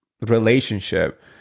relationship